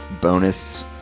bonus